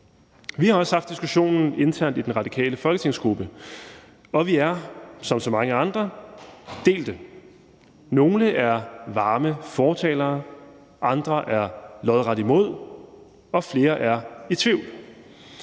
Vi har også haft diskussionen internt i den radikale folketingsgruppe, og vi er som så mange andre delte. Nogle er varme fortalere, andre er lodret imod, og flere er i tvivl.